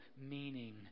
meaning